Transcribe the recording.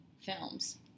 films